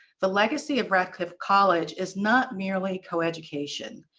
the legacy of radcliffe college is not merely coeducation.